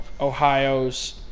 Ohio's